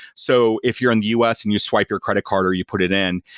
so if you're in the u s. and you swipe your credit card or you put it in,